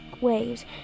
waves